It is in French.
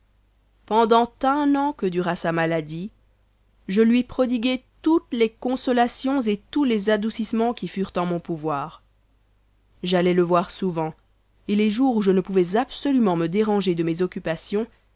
pendant un an que dura sa maladie je lui prodiguai toutes les consolations et tous les adoucissemens qui furent en mon pouvoir j'allais le voir souvent et les jours où je ne pouvais absolument me déranger de mes occupations